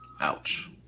ouch